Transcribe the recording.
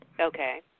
Okay